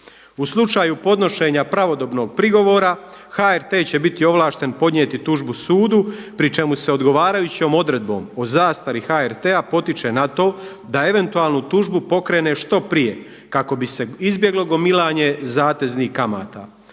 U slučaju podnošenja pravodobnog prigovora HRT će biti ovlašten podnijeti tužbu sudu, pri čemu se odgovarajućom odredbom o zastari HRT-a potiče na to da eventualnu tužbu pokrene što prije kako bi se izbjeglo gomilanje zateznih kamata.